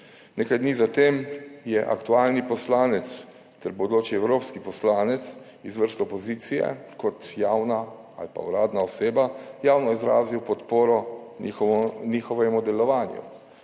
Nekaj dni za tem je aktualni poslanec ter bodoči evropski poslanec iz vrst opozicije kot javna ali pa uradna oseba javno izrazil podporo njihovemu delovanju.